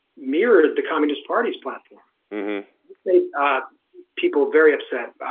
mirrored the communist party's platform made people very upset.